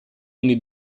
anni